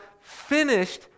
finished